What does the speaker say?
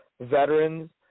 veterans